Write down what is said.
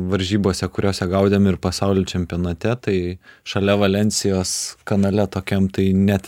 varžybose kuriose gaudėm ir pasaulio čempionate tai šalia valensijos kanale tokiam tai net